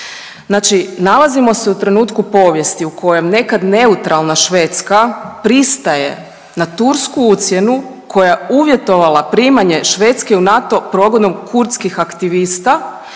Znači nalazimo se u trenutku povijesti u kojem nekad neutralna Švedska pristaje na Tursku ucjenu koja je uvjetovala primanje Švedske u NATO progonom kurdskih aktivista